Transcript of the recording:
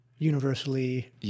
universally